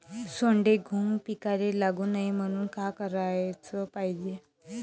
सोंडे, घुंग पिकाले लागू नये म्हनून का कराच पायजे?